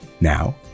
Now